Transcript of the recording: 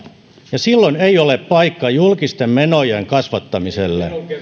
ja silloin ei ole paikka julkisten menojen kasvattamiselle ei